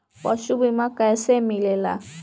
पशु बीमा कैसे मिलेला?